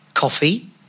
Coffee